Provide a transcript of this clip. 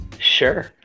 sure